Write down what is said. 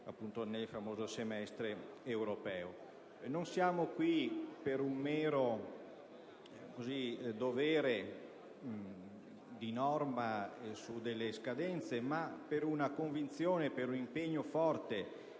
discusso nel famoso semestre europeo. Non siamo qui per un mero dovere di norma relativamente a delle scadenze, ma per una convinzione e un impegno forte,